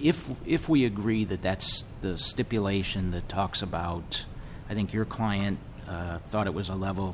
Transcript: if we if we agree that that's the stipulation that talks about i think your client thought it was a level